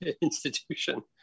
institution